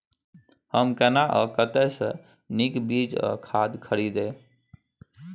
हम केना आ कतय स नीक बीज आ खाद खरीदे?